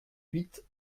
huit